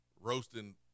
roasting